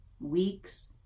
weeks